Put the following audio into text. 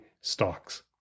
stocks